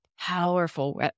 Powerful